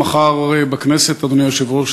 אדוני היושב-ראש,